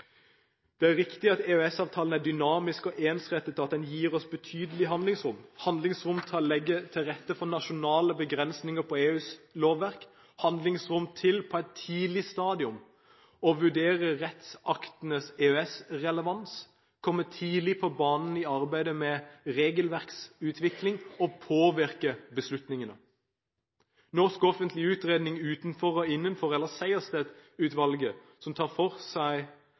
Det er viktig at EØS-avtalen er dynamisk og ensrettet, og at den gir oss et betydelig handlingsrom – handlingsrom til å legge til rette for nasjonale begrensninger på EUs lovverk, handlingsrom til på et tidlig stadium å vurdere rettsaktenes EØS-relevans, komme tidlig på banen i arbeidet med regelverksutvikling og påvirke beslutningene. Den norske offentlige utredningen Utenfor og innenfor, utarbeidet av Sejersted-utvalget, som tar for seg